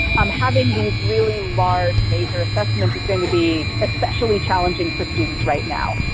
um having these really large major assessments is going to be especially challenging for students right now.